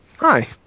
Hi